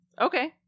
Okay